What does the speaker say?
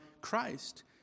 Christ